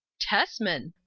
tesman!